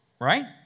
right